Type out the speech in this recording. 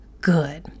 good